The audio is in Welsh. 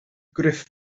gruff